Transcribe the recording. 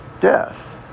death